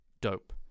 Dope